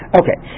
okay